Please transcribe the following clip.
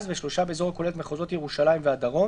ושלושה באזור הכולל את מחוזות ירושלים והדרום,